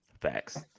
Facts